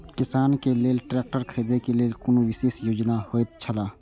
किसान के लेल ट्रैक्टर खरीदे के लेल कुनु विशेष योजना होयत छला?